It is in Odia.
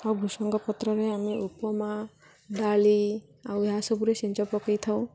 ଆଉ ଭୁସଙ୍ଗ ପତ୍ରରେ ଆମେ ଉପମା ଡାଲି ଆଉ ଏହାସବୁରେ ପକାଇଥାଉ